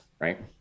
Right